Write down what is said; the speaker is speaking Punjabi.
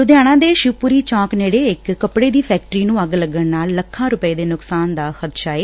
ਲੁਧਿਆਣਾ ਦੇ ਸ਼ਿਵਪੁਰੀ ਚੌਂਕ ਨੇਤੇ ਇਕ ਕਪਤੇ ਦੀ ਫੈਕਟਰੀ ਨੂੰ ਅੱਗ ਲੱਗਣ ਨਾਲ ਲੱਖਾਂ ਰੁਪੈ ਦੇ ਨੁਕਸਾਨ ਦਾ ਖਦਸ਼ਾ ਏ